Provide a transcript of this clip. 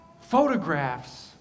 Photographs